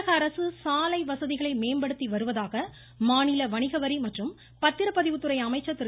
தமிழகஅரசு சாலை வசதிகளை மேம்படுத்தி வருவதாக மாநில வணிக வரி மற்றும் பத்திரப்பதிவுத்துறை அமைச்சர் திரு